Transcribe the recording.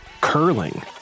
curling